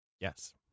Yes